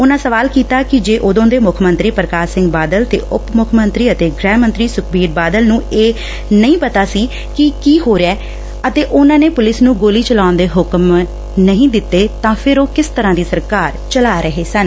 ਉਨੂਾ ਸਵਾਲ ਕੀਤਾ ਕਿ ਜੇ ਉਦੋਂ ਦੇ ਮੁੱਖ ਮੰਤਰੀ ਪ੍ਕਾਸ਼ ਸਿੰਘ ਬਾਦਲ ਤੇ ਉਪ ਮੁੱਖ ਮੰਤਰੀ ਅਤੇ ਗ੍ਹਿ ਮੰਤਰੀ ਸੁਖਬੀਰ ਸਿੰਘ ਬਾਦਲ ਨੁੰ ਇਹ ਨਹੀ ਪਤਾ ਸੀ ਕਿ ਕੀ ਹੋ ਰਿਹੈ ਅਤੇ ਉਨਾਂ ਨੇ ਪੁਲਿਸ ਨੁੰ ਗੋਲੀ ਚਲਾਉਣ ਦੇ ਹੁਕਮ ਨਹੀਂ ਦਿੱਤੇ ਤਾਂ ਫਿਰ ਉਹ ਕਿਸ ਤਰੁਾਾੀ ਸਰਕਾਰ ਚਲਾ ਰਹੇ ਸਨ